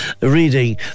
reading